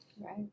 right